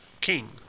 king